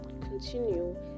continue